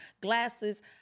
glasses